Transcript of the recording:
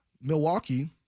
Milwaukee